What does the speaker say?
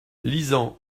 lisant